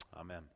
Amen